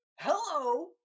hello